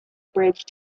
bridge